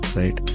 right